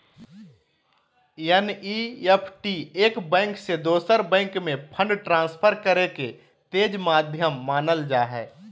NEFT एक bank से दोसर बैंक में फंड ट्रांसफर करे के तेज माध्यम मानल जा हय